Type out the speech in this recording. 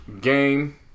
Game